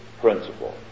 principle